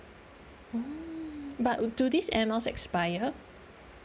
mm but do this Air Miles expired